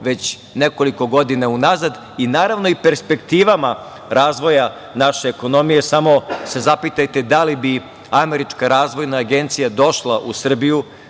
već nekoliko godina unazad i, naravno, perspektivama razvoja naše ekonomije. Samo se zapitajte da li bi Američka razvojna agencija došla u Srbiju,